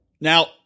Now